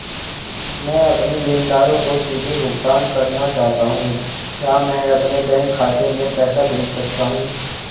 मैं अपने लेनदारों को सीधे भुगतान करना चाहता हूँ क्या मैं अपने बैंक खाते में पैसा भेज सकता हूँ?